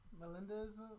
Melinda's